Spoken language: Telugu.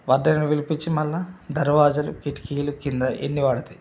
వండ్లాయనని పిలిపించి మళ్ళా దర్వాజాలు కిటికీలు కింద ఎన్ని పడతాయి